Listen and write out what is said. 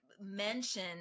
mention